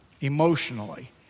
emotionally